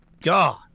God